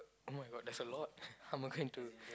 oh-my-God that's a lot how am I going to